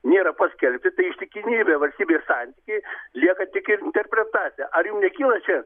nėra paskelbti tai ištikimybė valstybės santykiai lieka tik interpretacija ar jum nekyla čia